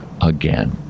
again